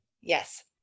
Yes